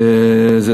שזה